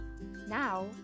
Now